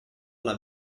alla